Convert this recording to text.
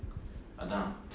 அதான்:athaan